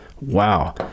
wow